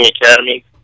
Academy